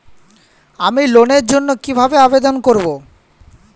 আমি লোনের জন্য কিভাবে আবেদন করব?